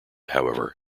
however